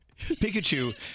Pikachu